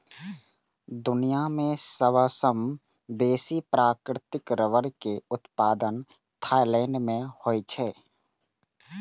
दुनिया मे सबसं बेसी प्राकृतिक रबड़ के उत्पादन थाईलैंड मे होइ छै